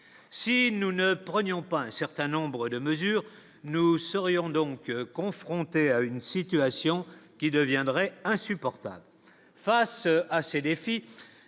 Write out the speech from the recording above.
si nous ne prenions pas un certain nombre de mesures, nous serions donc confrontés à une situation qui deviendrait insupportable face à ces défis,